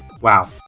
Wow